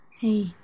Hey